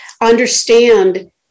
understand